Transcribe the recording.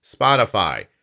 Spotify